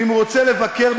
ואם הוא רוצה לבקר,